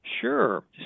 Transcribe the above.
Sure